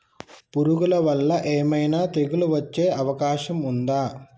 పురుగుల వల్ల ఏమైనా తెగులు వచ్చే అవకాశం ఉందా?